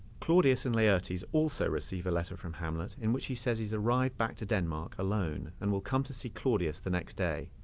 claudius and laertes also receive a letter from hamlet in which he says he's arrived back to denmark alone and will come to see claudius the next day